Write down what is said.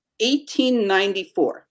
1894